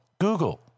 Google